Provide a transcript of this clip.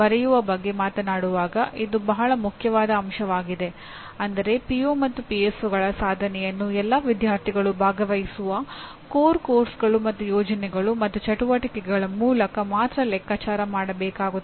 ವಿದ್ಯಾರ್ಥಿಗಳಿಗೆ ಉತ್ತಮವಾಗಿ ವ್ಯಾಖ್ಯಾನಿಸಬಹುದಾದ ಮತ್ತು ಅಳೆಯಬಹುದಾದ ಪರಿಣಾಮಗಳನ್ನು ಪಡೆಯಲು ಅನುಕೂಲವಾಗುವಂತೆ ಶಿಕ್ಷಣ ಸಂಸ್ಥೆಯಲ್ಲಿ ಎಲ್ಲಾ ಬೋಧನೆ ಮತ್ತು ಕಲಿಕೆಯ ಚಟುವಟಿಕೆಗಳನ್ನು ಚಿಂತಿಸಿ ನಡೆಸಬೇಕು